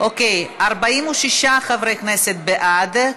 46 חברי כנסת בעד,